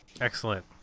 Excellent